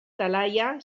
talaia